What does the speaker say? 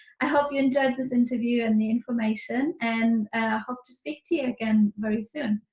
i hope you enjoyed this interview and the information and hope to speak to you again very soon.